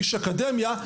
איש אקדמיה,